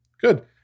good